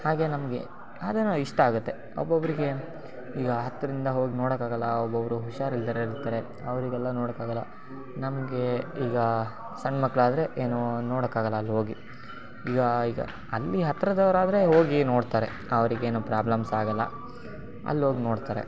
ಹಾಗೇ ನಮಗೆ ಅದೇನೋ ಇಷ್ಟ ಆಗುತ್ತೆ ಒಬ್ಬೊಬ್ಬರಿಗೆ ಈಗ ಹತ್ರದಿಂದ ಹೋಗಿ ನೋಡೋಕ್ಕಾಗಲ್ಲ ಒಬ್ಬೊಬ್ಬರು ಹುಷಾರು ಇಲ್ದೆರೋರು ಇರ್ತಾರೆ ಅವರಿಗೆಲ್ಲ ನೋಡೋಕ್ಕಾಗಲ್ಲ ನಮಗೆ ಈಗ ಸಣ್ಣ ಮಕ್ಕಳಾದ್ರೆ ಏನೂ ನೋಡೋಕ್ಕಾಗಲ್ಲ ಅಲ್ಲಿ ಹೋಗಿ ಈಗ ಈಗ ಅಲ್ಲಿ ಹತ್ತಿರದವ್ರಾದ್ರೆ ಹೋಗಿ ನೋಡ್ತಾರೆ ಅವ್ರಿಗೇನೂ ಪ್ರಾಬ್ಲಮ್ಸ್ ಆಗೋಲ್ಲ ಅಲ್ಲಿ ಹೋಗಿ ನೋಡ್ತಾರೆ